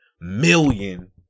million